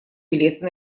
билеты